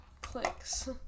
Clicks